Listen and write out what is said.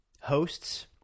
hosts